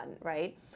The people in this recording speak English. Right